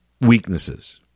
weaknesses